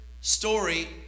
story